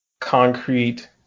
concrete